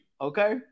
okay